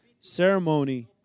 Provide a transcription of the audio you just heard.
ceremony